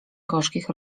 gorzkich